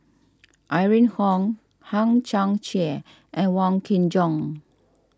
Irene Khong Hang Chang Chieh and Wong Kin Jong